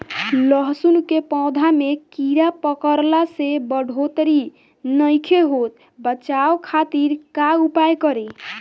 लहसुन के पौधा में कीड़ा पकड़ला से बढ़ोतरी नईखे होत बचाव खातिर का उपाय करी?